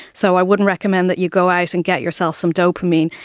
so i wouldn't recommend that you go out and get yourself some dopamine.